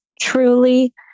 truly